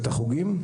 את החוגים.